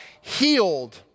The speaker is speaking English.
healed